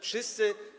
Wszyscy.